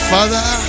Father